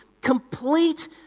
Complete